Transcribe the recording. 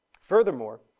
Furthermore